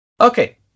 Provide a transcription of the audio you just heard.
Okay